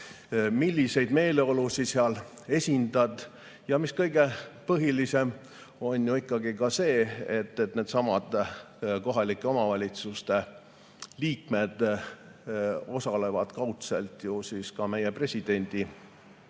milliseid meeleolusid seal esindad. Ja kõige põhilisem on ikkagi ka see, et needsamad kohalike omavalitsuste [volikogude] liikmed osalevad kaudselt ju siis ka meie presidendi